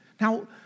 Now